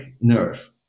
nerve